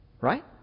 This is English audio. Right